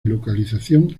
localización